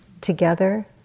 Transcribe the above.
together